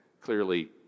clearly